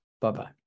Bye-bye